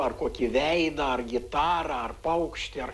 ar kokį veidą ar gitarą ar paukštį ar